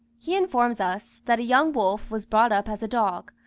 he informs us, that a young wolf was brought up as a dog,